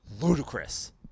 ludicrous